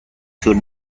sur